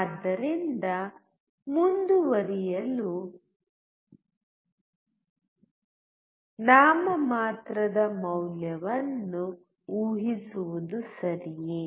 ಆದ್ದರಿಂದ ಮುಂದುವರಿಯಲು ನಾಮಮಾತ್ರದ ಮೌಲ್ಯವನ್ನು ಊಹಿಸುವುದು ಸರಿಯೇ